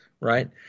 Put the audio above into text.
Right